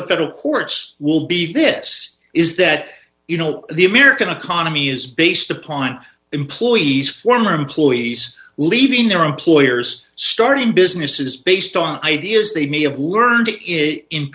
the federal courts will be this is that you know the american economy is based upon employees former employees leaving their employers starting businesses based on ideas they may have learned it in